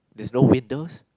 there's no windows